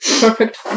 perfect